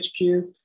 HQ